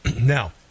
Now